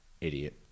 idiot